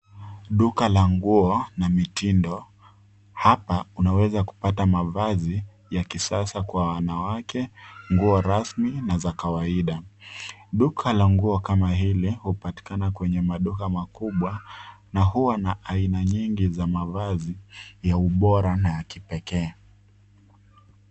Duka la nguo na mitindo, hapa, unaweza kupata mavazi, ya kisasa kwa wanawake, nguo rasmi, na za kawaida. Duka la nguo kama hili, hupatikana kwenye maduka makubwa, na huwa na aina nyingi za mavazi ya ubora na ya kipekee.